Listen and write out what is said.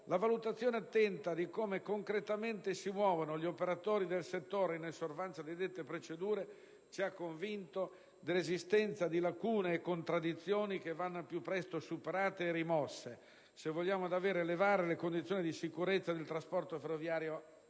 la valutazione attenta di come concretamente si muovono gli operatori del settore in osservanza di dette procedure ci hanno convinto dell'esistenza di lacune e contraddizioni che vanno al più presto superate e rimosse, se vogliamo davvero elevare le condizioni di sicurezza del trasporto ferroviario